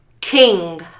king